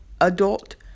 adult